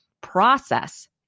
process